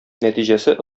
нәтиҗәсе